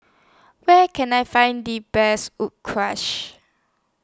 Where Can I Find The Best Wood crash